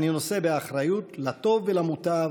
אני נושא באחריות לטוב ולמוטב.